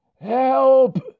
Help